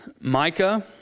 Micah